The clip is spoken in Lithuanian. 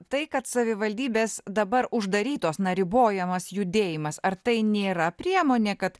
o tai kad savivaldybės dabar uždarytos na ribojamas judėjimas ar tai nėra priemonė kad